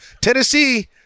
Tennessee